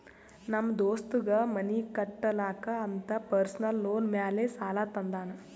ನಮ್ ದೋಸ್ತಗ್ ಮನಿ ಕಟ್ಟಲಾಕ್ ಅಂತ್ ಪರ್ಸನಲ್ ಲೋನ್ ಮ್ಯಾಲೆ ಸಾಲಾ ತಂದಾನ್